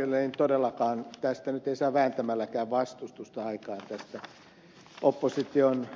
ei todellakaan tästä nyt ei saa vääntämälläkään vastustusta aikaan tästä opposition